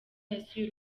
yasuye